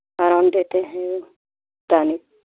हाँ हम देते हैं एक टॉनिक